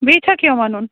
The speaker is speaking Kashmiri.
بیٚیہِ چھا کیٚنٛہہ وَنُن